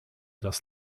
das